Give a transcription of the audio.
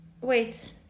Wait